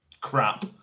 crap